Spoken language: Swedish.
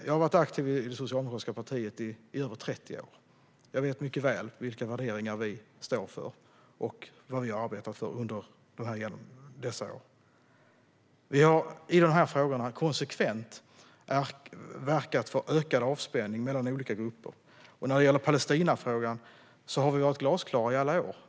Jag har varit aktiv i det socialdemokratiska partiet i över 30 år, så jag vet mycket väl vilka värderingar vi står för och vad vi har arbetat för under dessa år. I de här frågorna har vi konsekvent verkat för ökad avspänning mellan olika grupper. När det gäller Palestinafrågan har vi varit glasklara i alla år.